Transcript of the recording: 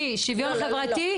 מי שוויון חברתי?